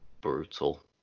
brutal